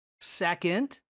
Second